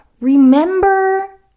Remember